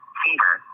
fever